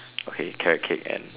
okay carrot cake and